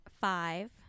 five